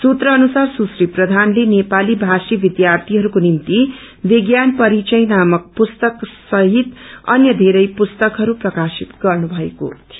सूत्र अनुसार सुश्री प्रधानले नेपाली भाषी विद्यार्थीहरूको निम्ति विज्ञान परिचय नामक पुस्तक सहित अन्य धेरै पुस्तकहरू प्रकाशित गर्नुभएको थियो